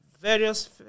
various